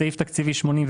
סעיף תקציבי 84,